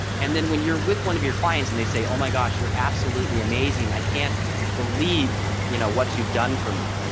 and then when you're with one of your clients and they say oh my gosh you're absolutely amazing i can't believe you know what you've done for me.